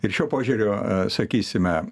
ir šiuo požiūriu sakysime